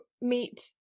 meet